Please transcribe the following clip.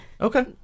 Okay